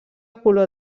color